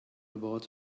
about